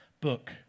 book